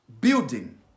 building